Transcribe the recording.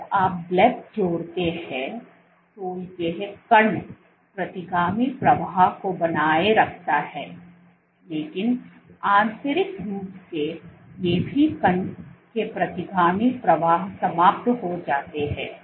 जब आप ब्लॉब जोड़ते हैं तो ये कण प्रतिगामी प्रवाह को बनाए रखते हैं लेकिन आंतरिक रूप से ये सभी कण के प्रतिगामी प्रवाह समाप्त हो जाते हैं